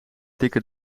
dikke